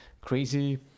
crazy